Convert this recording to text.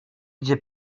gdzie